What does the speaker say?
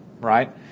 right